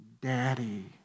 daddy